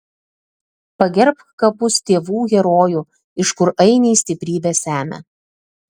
pagerbk kapus tėvų herojų iš kur ainiai stiprybę semia